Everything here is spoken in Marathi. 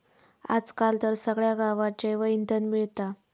आज काल तर सगळ्या गावात जैवइंधन मिळता